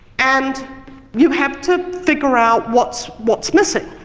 and you have to figure out what's what's missing.